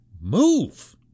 move